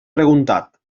preguntat